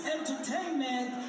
Entertainment